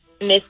Miss